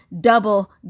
double